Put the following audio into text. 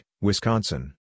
Wisconsin